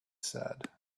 said